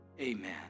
amen